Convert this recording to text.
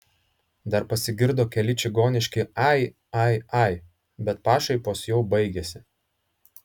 dar pasigirdo keli čigoniški ai ai ai bet pašaipos jau baigėsi